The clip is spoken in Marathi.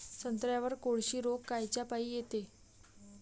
संत्र्यावर कोळशी रोग कायच्यापाई येते?